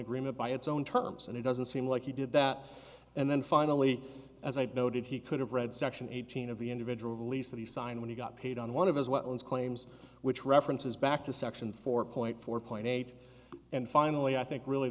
agreement by its own terms and it doesn't seem like he did that and then finally as i noted he could have read section eighteen of the individual release that he signed when he got paid on one of as well as claims which references back to section four point four point eight and finally i think really